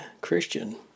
Christian